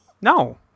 No